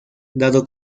dado